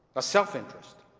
a self-interest